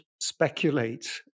speculate